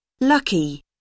Lucky